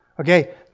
Okay